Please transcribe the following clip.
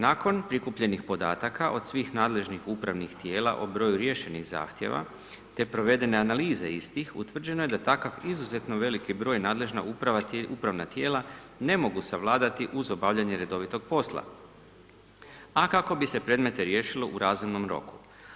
Nakon prikupljenih podataka od svih nadležnih upravnih tijela o broju riješenih zahtjeva te provedene analize istih utvrđeno je da takav izuzetno veliki broj nadležna upravna tijela ne mogu savladati uz obavljanje redovitog posla a kako bi se predmete riješilo u razumnom roku.